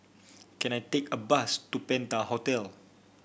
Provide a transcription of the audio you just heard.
can I take a bus to Penta Hotel